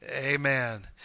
Amen